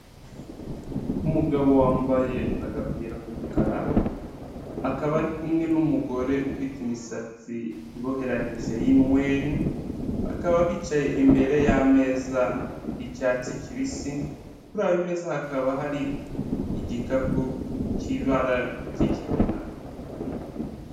Umugabo wambaye agapira k' umukara ,akaba ari kimwe n' umugore ufite imisatsi iboheranyije y' inyweri. Bakaba bicaye imbere y' ameza y' icyatsi kibisi Ku meza hakaba hari igikapu k'ikigina.